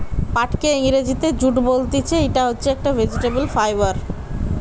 পাটকে ইংরেজিতে জুট বলতিছে, ইটা হচ্ছে একটি ভেজিটেবল ফাইবার